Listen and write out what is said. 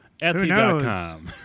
Etsy.com